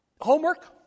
Homework